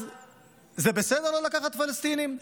אז זה בסדר לא לקחת פלסטינים?